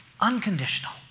unconditional